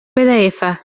pdf